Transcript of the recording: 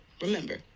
Remember